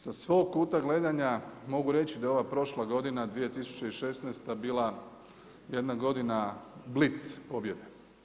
Sa svog kuta gledanja mogu reći da je ova prošla godina 2016. bila jedna godina blic pobjede.